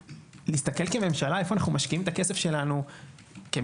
להסתכל כממשלה איפה אנחנו משקיעים את הכסף שלנו כמכלול,